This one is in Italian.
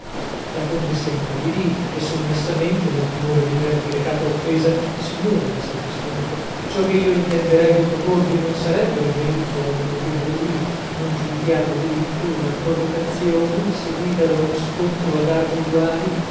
la contessa impallidì e sommessamente nel timore di avergli recata offesa signore disse al visconte ciò che io intenderei di proporvi non sarebbe un delitto a meno che voi non giudichiate delitto una provocazione seguita da uno scontro ad armi uguali